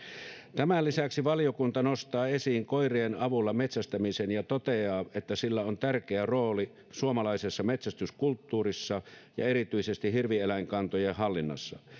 tämän lisäksi valiokunta nostaa esiin koirien avulla metsästämisen ja toteaa että sillä on tärkeä rooli suomalaisessa metsästyskulttuurissa ja erityisesti hirvieläinkantojen hallinnassa